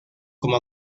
como